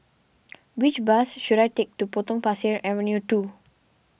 which bus should I take to Potong Pasir Avenue two